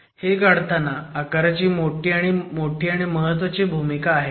तर हे काढताना आकाराची मोठी आणि महत्वाची भूमिका आहे